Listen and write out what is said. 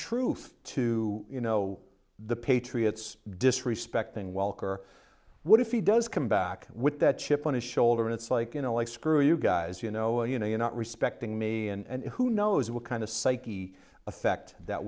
truth to you know the patriots disrespecting welker what if he does come back with that chip on his shoulder and it's like you know like screw you guys you know and you know you're not respecting me and who knows what kind of psyche effect that